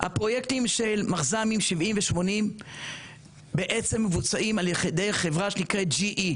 הפרויקטים של מחז"מים 70 ו-80 בעצם מבוצעים על ידי חברה שנקראת GE,